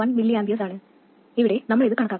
1 mA ആണ് ഇവിടെ നമ്മൾ ഇത് കണക്കാക്കണം